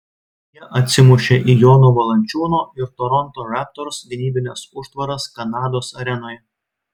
jie atsimušė į jono valančiūno ir toronto raptors gynybines užtvaras kanados arenoje